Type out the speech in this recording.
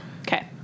Okay